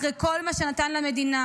אחרי כל מה שנתן למדינה,